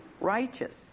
righteous